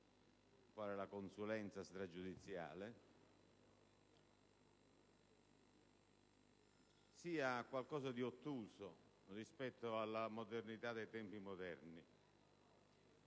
(quale la consulenza stragiudiziale) sia qualcosa di ottuso rispetto alla modernità dei tempi.